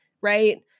right